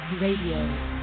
Radio